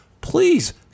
Please